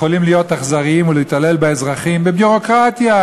יכולים להיות אכזריים ולהתעלל באזרחים בביורוקרטיה.